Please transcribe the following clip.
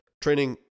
training